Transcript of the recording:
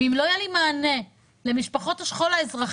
ואם לא יהיה לי מענה למשפחות השכול האזרחי,